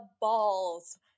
balls